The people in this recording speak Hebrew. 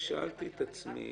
שאלתי את עצמי